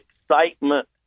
excitement